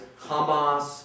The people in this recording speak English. Hamas